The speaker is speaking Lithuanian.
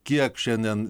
kiek šiandien